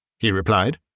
he replied.